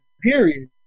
period